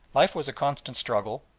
life was a constant struggle,